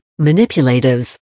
manipulatives